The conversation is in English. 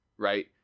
Right